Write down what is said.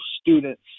students